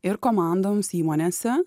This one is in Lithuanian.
ir komandoms įmonėse